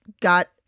got